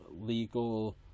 legal